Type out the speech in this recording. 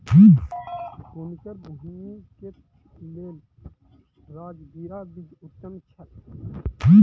हुनकर भूमि के लेल राजगिरा बीज उत्तम छल